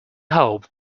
hope